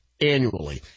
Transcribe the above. annually